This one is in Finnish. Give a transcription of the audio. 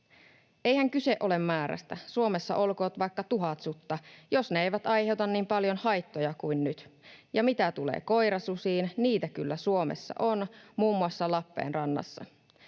Eihän kyse ole määrästä. Suomessa olkoon vaikka tuhat sutta, jos ne eivät aiheuta niin paljon haittoja kuin nyt. Ja mitä tulee koirasusiin, niitä kyllä Suomessa on, muun muassa Lappeenrannassa.